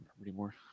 anymore